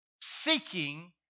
seeking